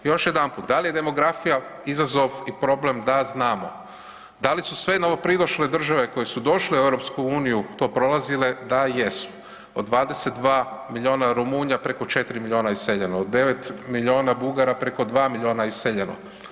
Još jedanput, da li je demografija izazov i problem da znamo, da li su sve novo pridošle države koje su došle u EU to prolazile, da jesu, od 22 milijuna Rumunja preko 4 milijuna iseljeno, od 9 milijuna Bugara preko 2 milijuna iseljeno.